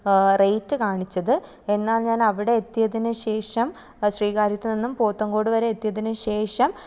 rate കാണിച്ചത് എന്നാൽ ഞാൻ അവിടെ എത്തിയതിനു ശേഷം ശ്രീകാര്യത്തു നിന്നും പോത്തങ്കോടു വരെ എത്തിയതിനു ശേഷം